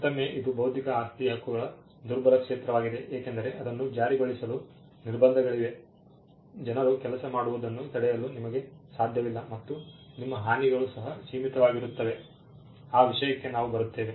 ಮತ್ತೊಮ್ಮೆ ಇದು ಬೌದ್ಧಿಕ ಆಸ್ತಿ ಹಕ್ಕುಗಳ ದುರ್ಬಲ ಕ್ಷೇತ್ರವಾಗಿದೆ ಏಕೆಂದರೆ ಅದನ್ನು ಜಾರಿಗೊಳಿಸಲು ನಿರ್ಬಂಧಗಳಿವೆ ಜನರು ಕೆಲಸ ಮಾಡುವುದನ್ನು ತಡೆಯಲು ನಿಮಗೆ ಸಾಧ್ಯವಿಲ್ಲ ಮತ್ತು ನಿಮ್ಮ ಹಾನಿಗಳು ಸಹ ಸೀಮಿತವಾಗಿರುತ್ತವೆ ಆ ವಿಷಯಕ್ಕೆ ನಾವು ಬರುತ್ತೇವೆ